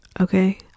Okay